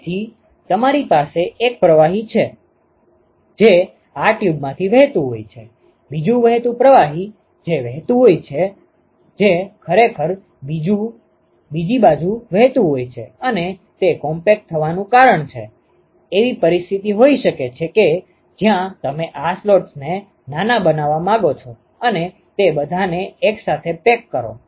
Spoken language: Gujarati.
તેથી તમારી પાસે એક પ્રવાહી છે જે આ ટ્યુબમાંથી વહેતું હોય છે બીજું વહેતું પ્રવાહી જે વહેતું હોય છે જે ખરેખર બીજી બાજુ વહેતું હોય છે અને તે કોમ્પેક્ટ થવાનું કારણ છે એવી પરિસ્થિતિ હોઈ શકે છે કે જ્યાં તમે આ સ્લોટ્સને નાના બનાવો છો અને તે બધાને એકસાથે પેક કરો